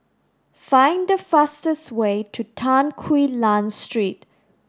find the fastest way to Tan Quee Lan Street